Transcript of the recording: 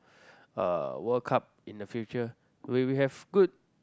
uh World Cup in the future we we have good